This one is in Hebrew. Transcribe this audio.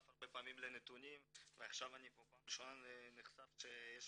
הרבה פעמים לנתונים ועכשיו אני בפעם הראשונה נחשף לזה שיש